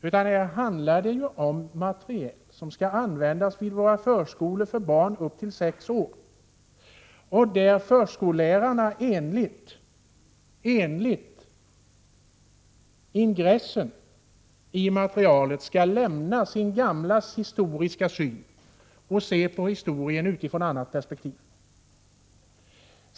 Det här är ett material som skall användas vid våra förskolor för barn upp till sex år, och enligt ingressen i materialet skall förskollärarna lämna sin gamla syn på historien och se på historien ur ett annat perspektiv.